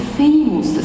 famous